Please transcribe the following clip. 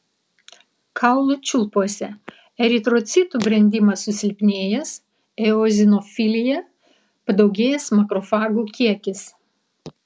kaulų čiulpuose eritrocitų brendimas susilpnėjęs eozinofilija padaugėjęs makrofagų kiekis